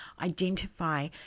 identify